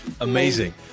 Amazing